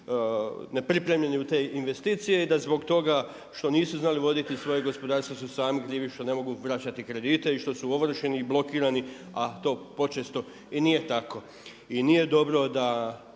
nepripremljeni u te investicije i da zbog toga što nisu znali voditi svoje gospodarstvo su sami krivi što ne mogu vraćati kredite i što su ovršeni i blokirani a to počesto i nije tako. I nije dobro da